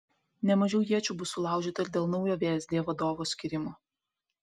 ne mažiau iečių bus sulaužyta ir dėl naujo vsd vadovo skyrimo